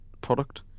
product